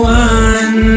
one